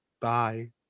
bye